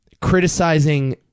criticizing